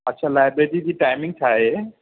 अछा लाइबररीअ जी टाइमिंग छा आहे